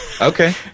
okay